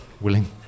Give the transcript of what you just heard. willing